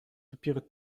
dopiero